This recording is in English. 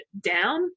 down